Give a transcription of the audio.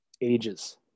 ages